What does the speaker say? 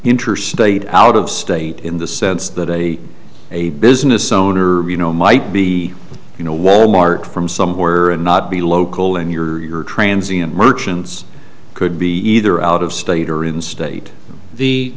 interstate out of state in the sense that a a business owner you know might be you know wal mart from somewhere and not be local in your transients merchants could be either out of state or in state